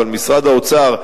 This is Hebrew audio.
אבל של משרד האוצר,